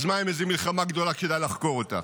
אז מה עם איזו מלחמה גדולה שכדאי לחקור אותה?